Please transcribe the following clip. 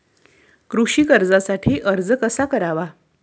कृषी कर्जासाठी अर्ज कसा करावा?